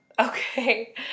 okay